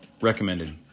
recommended